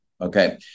okay